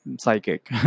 Psychic